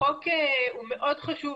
החוק מאוד חשוב,